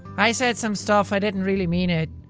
i said some stuff. i didn't really mean it.